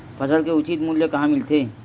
फसल के उचित मूल्य कहां मिलथे?